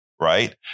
Right